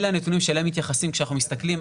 אלה הנתונים שאליהם מתייחסים כשאנחנו מסתכלים